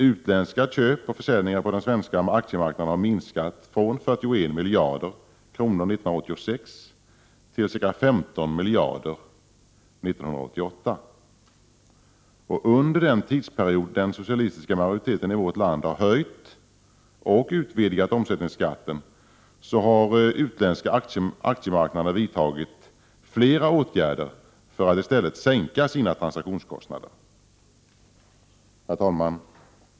Utländska köp och försäljningar på den svenska aktiemarknaden har minskat från 41 miljarder kronor 1986 till ca 15 miljarder kronor 1988. Under den tidsperiod den socialistiska majoriteten i vårt land har höjt och utvidgat omsättningsskatten har utländska aktiemarknader vidtagit flera åtgärder för att i stället sänka sina transaktionskostnader. Herr talman!